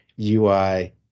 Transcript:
UI